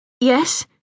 Yes